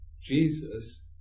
Jesus